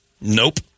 nope